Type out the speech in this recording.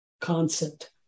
concept